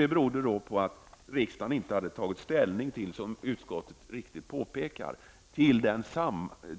Det berodde på att riksdagen, som utskottet så riktigt påpekar, inte hade tagit